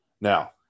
Now